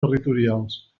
territorials